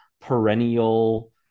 perennial